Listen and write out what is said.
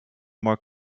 more